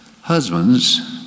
Husbands